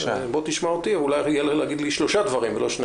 בוא תשמע אותי ואולי יהיה לך להגיד לי שלושה דברים ולא שני דברים.